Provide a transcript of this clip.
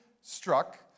struck